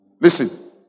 Listen